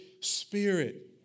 Spirit